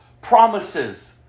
promises